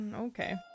Okay